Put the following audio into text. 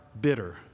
bitter